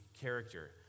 character